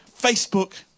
Facebook